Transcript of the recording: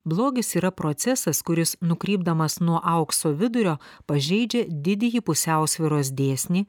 blogis yra procesas kuris nukrypdamas nuo aukso vidurio pažeidžia didįjį pusiausvyros dėsnį